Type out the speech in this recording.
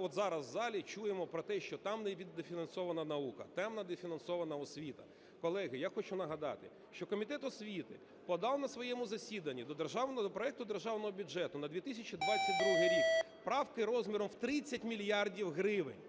От зараз в залі чуємо про те, що там недофінансована наука, там недофінансована освіта. Колеги, я хочу нагадати, що Комітет освіти подав на своєму засіданні до проекту Державного бюджету на 2022 рік правки розміром в 30 мільярдів гривень.